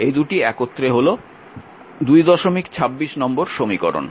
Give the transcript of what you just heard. এই দুটি একত্রে হল 226 নম্বর সমীকরণ